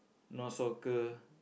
not soccer